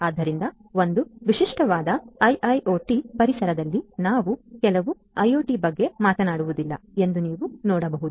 ಆದ್ದರಿಂದ ಒಂದು ವಿಶಿಷ್ಟವಾದ IIoT ಪರಿಸರದಲ್ಲಿ ನಾವು ಕೇವಲ IoT ಬಗ್ಗೆ ಮಾತನಾಡುವುದಿಲ್ಲ ಎಂದು ನೀವು ನೋಡಬಹುದು